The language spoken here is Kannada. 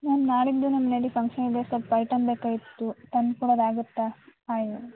ಮ್ಯಾಮ್ ನಾಳಿದ್ದು ನಮ್ಮ ನೆಡಿ ಫಂಕ್ಷನಿದೆ ಸ್ವಲ್ಪ ಐಟಮ್ ಬೇಕಾಗಿತ್ತು ತಂದು ಕೊಡೋದಾಗುತ್ತೆ ಆಯು